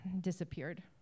disappeared